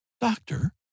doctor